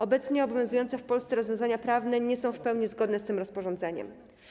Obecnie obowiązujące w Polsce rozwiązania prawne nie są w pełni zgodne z tym rozporządzeniem.